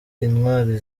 intwari